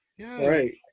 Right